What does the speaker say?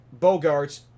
Bogarts